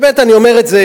באמת אני אומר את זה,